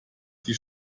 die